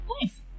Nice